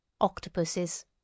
Octopuses